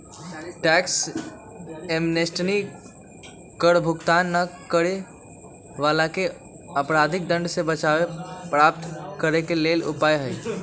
tax amnesty कर भुगतान न करे वलाके अपराधिक दंड से बचाबे कर प्राप्त करेके लेल उपाय हइ